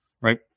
right